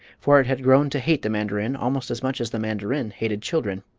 for it had grown to hate the mandarin almost as much as the mandarin hated children.